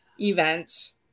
events